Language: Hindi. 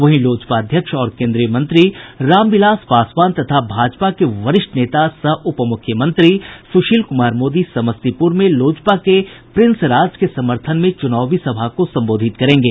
वहीं लोजपा अध्यक्ष और केन्द्रीय मंत्री रामविलास पासवान तथा भाजपा के वरिष्ठ नेता सह उपमुख्यमंत्री सुशील कुमार मोदी समस्तीपुर में लोजपा के प्रिंस राज के समर्थन में चुनावी सभा को संबोधित करेंगे